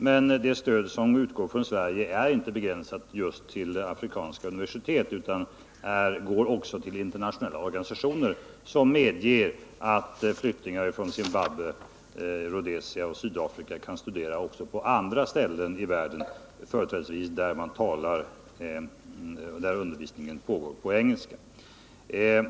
Men det stöd som utgår från Sverige är inte begränsat just till afrikanska universitet utan går också till internationella organisationer som medger att flyktingar från Zimbabwe och Sydafrika kan studera också på andra ställen i världen, företrädesvis där undervisningen sker på engelska.